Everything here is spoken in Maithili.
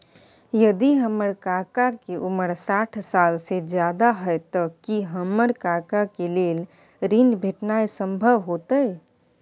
यदि हमर काका के उमर साठ साल से ज्यादा हय त की हमर काका के लेल ऋण भेटनाय संभव होतय?